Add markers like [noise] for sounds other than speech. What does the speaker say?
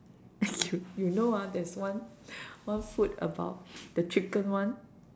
[laughs] you know ah there's one one food about the chicken one